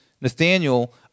Nathaniel